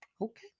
Okay